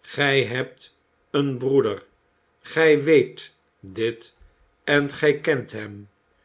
gij hebt een broeder gij weet dit en gij kent hem